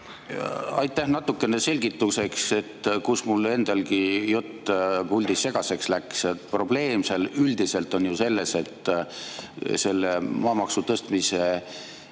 Aitäh! Natukene selgituseks, et kus mul endalgi jutt puldis segaseks läks. Probleem seal üldiselt on ju selles, et maamaksu tõstmise